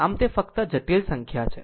આમ તે ફક્ત જટિલ સંખ્યા છે